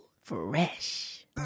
fresh